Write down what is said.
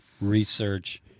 research